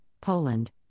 Poland